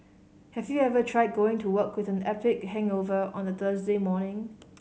have you ever tried going to work with an epic hangover on a Thursday morning